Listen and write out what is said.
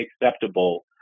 acceptable